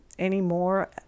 anymore